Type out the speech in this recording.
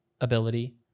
ability